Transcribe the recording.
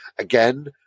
Again